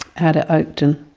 at oakden,